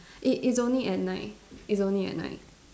it it's only at night it's only at night